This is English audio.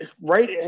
right